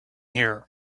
here